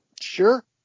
Sure